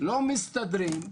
לא מסתדרים,